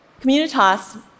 Communitas